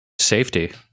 Safety